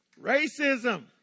Racism